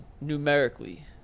numerically